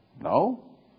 No